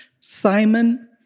Simon